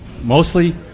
Mostly